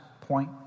point